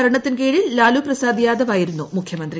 ഭരണത്തിൻ കീഴിൽ ലാലുപ്രസാദ് യാദവായിരുന്നു മുഖ്യമന്ത്രി